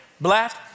black